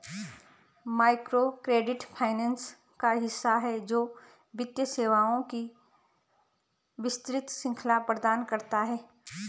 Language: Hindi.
माइक्रोक्रेडिट फाइनेंस का हिस्सा है, जो वित्तीय सेवाओं की विस्तृत श्रृंखला प्रदान करता है